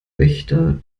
wächter